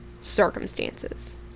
circumstances